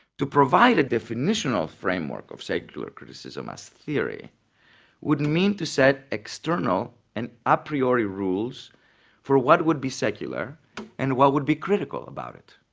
to provide a definition of framework of secular criticism as theory would mean to set external and a ah priori rules for what would be secular and what would be critical about it,